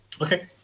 okay